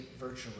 virtually